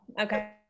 Okay